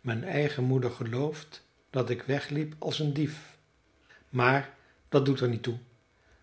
mijn eigen moeder gelooft dat ik wegliep als een dief maar dat doet er niet toe